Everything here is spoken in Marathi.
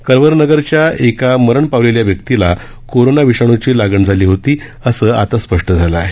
करवरनगरच्या एका मरण पावलेल्या व्यक्तीला कोरोना विषाणूची लागण झाली होती असं आता स्पष्ट झालं आहे